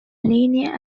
linear